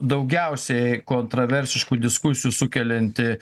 daugiausiai kontraversiškų diskusijų sukelianti